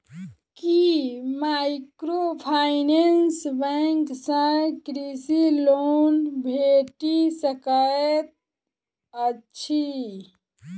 की microfinance bank सँ कृषि loan भेटि सकैत अछि?